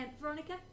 Veronica